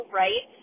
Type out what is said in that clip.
right